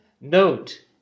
Note